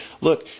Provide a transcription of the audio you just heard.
look